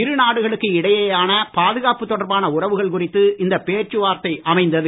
இரு நாடுகளுக்கு இடையேயான பாதுகாப்பு தொடர்பான உறவுகள் குறித்து இந்த பேச்சுவார்த்தை அமைந்தது